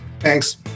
Thanks